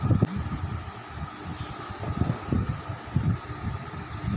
हमारे बैंक से दूसरा बैंक में पैसा जा सकेला की ना?